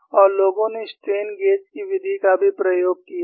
और लोगों ने स्ट्रेन गेज की विधि का भी प्रयास किया है